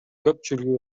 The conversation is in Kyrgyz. көпчүлүгү